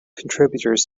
contributors